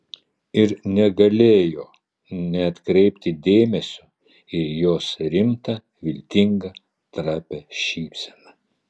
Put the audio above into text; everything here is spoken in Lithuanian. ir negalėjo neatkreipti dėmesio į jos rimtą viltingą trapią šypseną